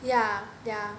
yeah yeah